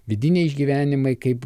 vidiniai išgyvenimai kaip